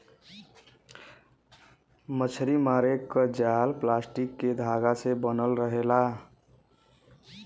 मछरी मारे क जाल प्लास्टिक के धागा से बनल रहेला